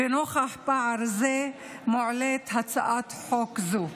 ונוכח פער זה מועלית הצעת חוק זו.